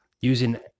using